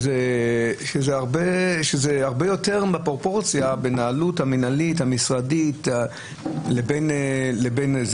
זה הרבה יותר מהפרופורציה בין העלות המינהלית המשרדית לבין התשלום.